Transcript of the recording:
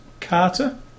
Carter